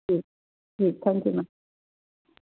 जी जी thank you ma'am